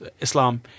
Islam